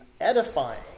edifying